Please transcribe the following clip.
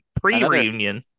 pre-reunion